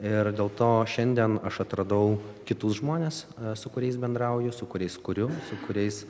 ir dėl to šiandien aš atradau kitus žmones su kuriais bendrauju su kuriais kuriu su kuriais